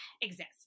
exist